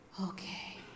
okay